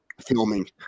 filming